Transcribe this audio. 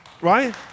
Right